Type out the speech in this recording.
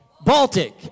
Baltic